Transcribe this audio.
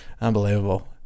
unbelievable